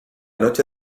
noche